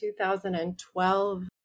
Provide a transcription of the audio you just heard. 2012